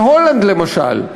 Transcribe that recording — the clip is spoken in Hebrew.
בהולנד, למשל,